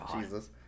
Jesus